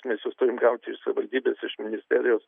mes juos turim gauti iš savivaldybės iš ministerijos